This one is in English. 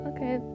Okay